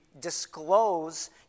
disclose